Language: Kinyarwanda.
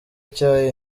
cya